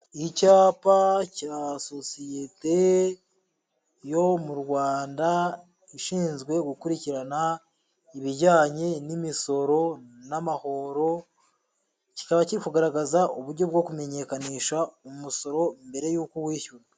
Icyapa cya sosiyete yo mu Rwanda ishinzwe gukurikirana ibijyanye n'imisoro n'amahoro, kikaba kiri kugaragaza uburyo bwo kumenyekanisha umusoro mbere y'uko uwishyura.